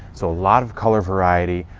so a lot of color variety.